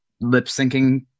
lip-syncing